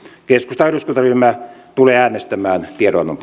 keskustan eduskuntaryhmä tulee äänestämään tiedonannon